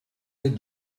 that